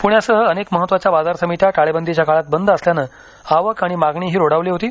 प्ण्यासह अनेक महत्वाच्या बाजार समित्या टाळेबंदीच्या काळात बंद असल्यानं आवक आणि मागणीही रोडावली होती